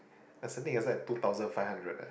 I'm setting aside two thousand five hundred leh